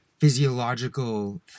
physiological